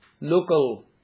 Local